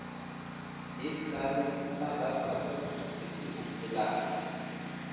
एक साल में कितना बार फसल के खेती होखेला?